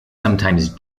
sometimes